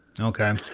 Okay